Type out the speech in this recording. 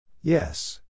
Yes